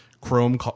Chrome